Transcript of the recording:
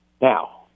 Now